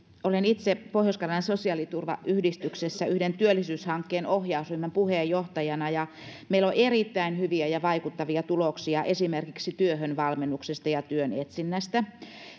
olen itse pohjois karjalan sosiaaliturvayhdistyksessä yhden työllisyyshankkeen ohjausryhmän puheenjohtajana ja meillä on erittäin hyviä ja vaikuttavia tuloksia esimerkiksi työhön valmennuksesta ja työn etsinnästä